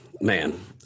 man